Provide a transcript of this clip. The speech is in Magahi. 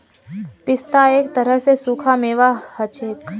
पिस्ता एक तरह स सूखा मेवा हछेक